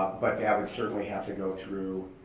but that would certainly have to go through,